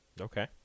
Okay